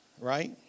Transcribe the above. Right